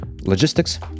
logistics